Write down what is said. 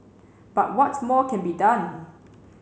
but what more can be done